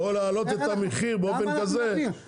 או להעלות את המחיר באופן כזה,